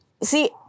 see